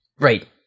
Right